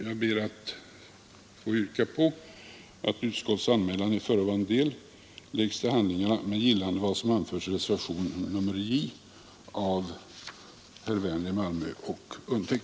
Jag ber att få yrka att utskottets anmälan i förevarande del läggs till handlingarna med gillande av vad som anförts i reservationen Jav herr Werner i Malmö och mig.